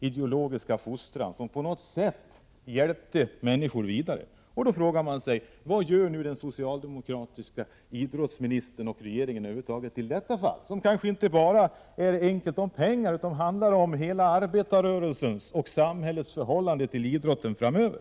ideologiska fostran som på något sätt hjälpte människor till rätta. huvud taget i denna situation, som kanske inte bara gäller pengar utan gäller Prot. 1988/89:19 hela arbetarrörelsens och samhällets förhållande till idrotten framöver?